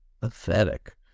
pathetic